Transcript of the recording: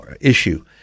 issue